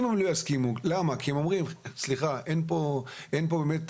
אם הם לא יסכימו כי הם אומרים שאין כאן גל